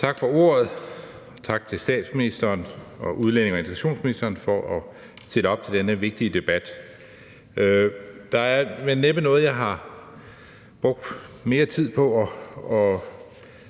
Tak for ordet. Tak til statsministeren og udlændinge- og integrationsministeren for at stille op til denne vigtig debat. Der er vel næppe noget, jeg har brugt mere tid på at